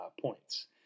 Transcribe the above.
points